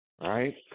right